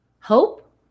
Hope